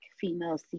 female